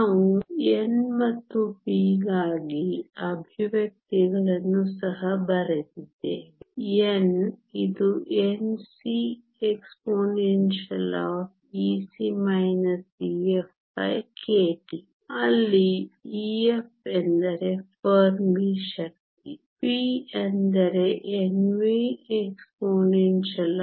ನಾವು n ಮತ್ತು p ಗಾಗಿ ಎಕ್ಸ್ಪ್ರೆಶನ್ ಗಳನ್ನು ಸಹ ಬರೆದಿದ್ದೇವೆ n ಇದು Nc expEc EfkT ಅಲ್ಲಿ Ef ಎಂದರೆ ಫೆರ್ಮಿ ಶಕ್ತಿ p ಎಂದರೆ Nv expEf EvkT